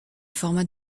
format